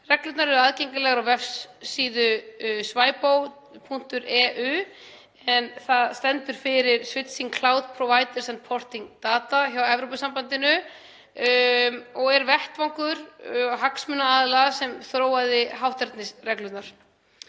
Reglurnar eru aðgengilegar á vefsíðu swipo.eu, en það stendur fyrir Switching Cloud Providers and Porting Data hjá Evrópusambandinu og er vettvangur hagsmunaaðila sem þróaði hátternisreglurnar.